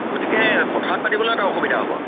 গতিকে পথাৰত পাতিবলৈ এটা অসুবিধা হ'ব